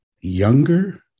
younger